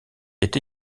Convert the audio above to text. est